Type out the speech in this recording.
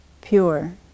pure